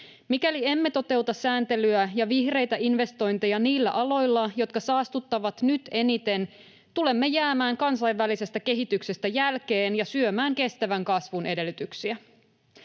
Mikäli emme toteuta sääntelyä ja vihreitä investointeja niillä aloilla, jotka saastuttavat nyt eniten, tulemme jäämään kansainvälisestä kehityksestä jälkeen ja syömään kestävän kasvun edellytyksiä.